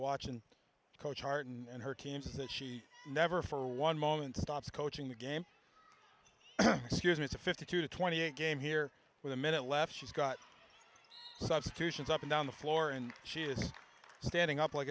watching coach hart and her team says that she never for one moment stops coaching the game it's a fifty two twenty eight game here with a minute left she's got substitutions up and down the floor and she is standing up like